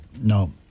No